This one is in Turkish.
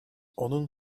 onun